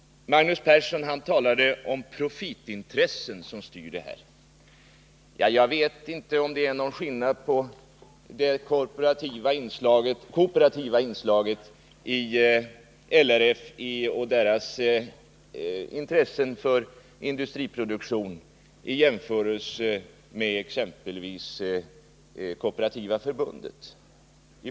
Magnus Persson talade om profitintressen och menade att det är profitintresset som styr. Jag vet inte om det finns någon skillnad mellan det kooperativa inslaget i LRF och dess intresse för industriproduktion och exempelvis Kooperativa förbundet.